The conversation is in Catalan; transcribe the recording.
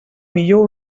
millor